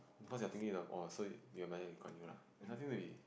because you are thinking the oh so you admire Lee Kuan Yew lah there's nothing to be